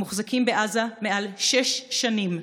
המוחזקים בעזה מעל שש שנים,